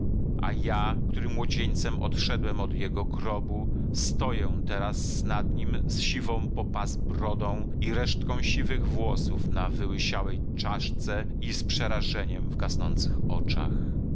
a ja którym młodzieńcem odszedł od jego grobu stoję teraz nad nim z siwą po pas brodą i resztką siwych włosów na wyłysiałej czaszce i z przerażeniem w gasnących oczach